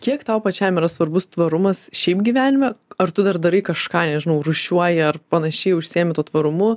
kiek tau pačiam yra svarbus tvarumas šiaip gyvenime ar tu dar darai kažką nežinau rūšiuoji ar panašiai užsiimi tuo tvarumu